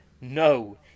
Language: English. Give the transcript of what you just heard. no